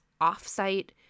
off-site